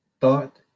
thought